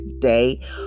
Day